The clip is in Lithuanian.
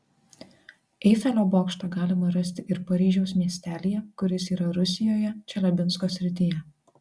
eifelio bokštą galima rasti ir paryžiaus miestelyje kuris yra rusijoje čeliabinsko srityje